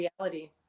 reality